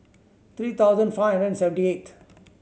three thousand five hundred and seventy eight